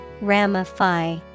Ramify